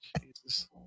Jesus